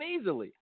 easily